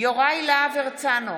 יוראי להב הרצנו,